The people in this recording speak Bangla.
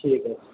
ঠিক আছে